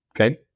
Okay